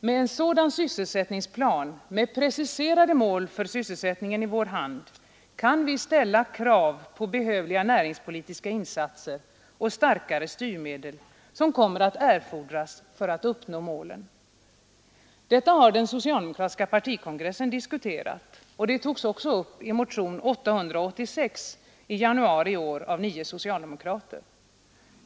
Med en sådan sysselsättningsplan med preciserade mål för sysselsättningen i vår hand kan vi ställa krav på behövliga näringspolitiska insatser och starkare styrmedel, som kommer att erfordras för att uppnå målen. Detta har den socialdemokratiska partikongressen diskuterat, och det togs också upp i motion 886 i januari i år av nio socialdemokrater.